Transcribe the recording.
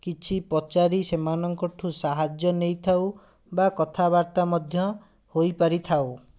କିଛି ପଚାରି ସେମାନଙ୍କ ଠୁ ସାହାଯ୍ୟ ନେଇଥାଉ ବା କଥାବାର୍ତ୍ତା ମଧ୍ୟ ହୋଇପାରିଥାଉ